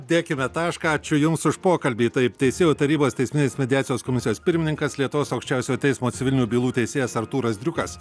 dėkime tašką ačiū jums už pokalbį tai teisėjų tarybos teisminės mediacijos komisijos pirmininkas lietuvos aukščiausiojo teismo civilinių bylų teisėjas artūras driukas